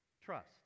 trust